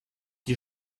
die